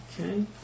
Okay